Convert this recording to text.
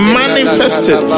manifested